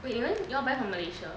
wait you mean you all buy from malaysia